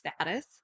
status